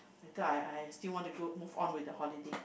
later I I still want to go move on with the holiday